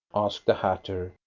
asked the hatter,